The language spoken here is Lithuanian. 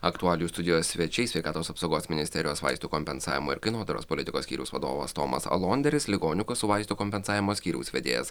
aktualijų studijos svečiai sveikatos apsaugos ministerijos vaistų kompensavimo ir kainodaros politikos skyriaus vadovas tomas alonderis ligonių kasų vaistų kompensavimo skyriaus vedėjas